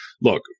look